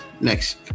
Next